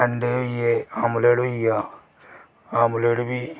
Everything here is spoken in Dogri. अंडे होइये आमलेट होइया आमलेट बी